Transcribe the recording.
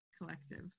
collective